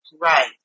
Right